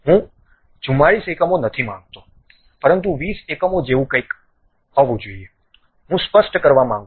હું 44 એકમો નથી માંગતો પરંતુ 20 એકમો જેવું કંઈક હું સ્પષ્ટ કરવા માંગું છું